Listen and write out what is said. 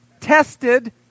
tested